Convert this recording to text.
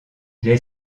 les